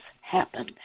happen